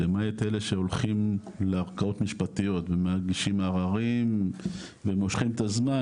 למעט אלה שהולכים לערכאות משפטיות ומגישים ערערים ומושכים את הזמן,